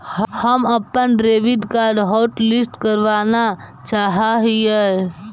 हम अपन debit card hotlist करावाना चाहा हियई